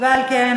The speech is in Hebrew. על כן,